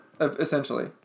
Essentially